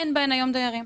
אין בהן היום דיירים.